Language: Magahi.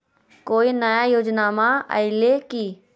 कोइ नया योजनामा आइले की?